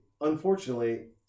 Unfortunately